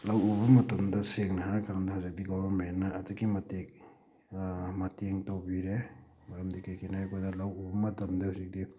ꯂꯧ ꯎꯕ ꯃꯇꯝꯗ ꯁꯦꯡꯅ ꯍꯥꯏꯔ ꯀꯥꯟꯗ ꯍꯧꯖꯤꯛꯇꯤ ꯒꯣꯕꯔꯃꯦꯟꯅ ꯑꯗꯨꯛꯀꯤ ꯃꯇꯤꯛ ꯃꯇꯦꯡ ꯇꯧꯕꯤꯔꯦ ꯃꯔꯝꯗꯤ ꯀꯩꯒꯤꯅꯣ ꯍꯥꯏꯕꯗ ꯂꯧ ꯎꯕ ꯃꯇꯝꯗ ꯍꯧꯖꯤꯛꯇꯤ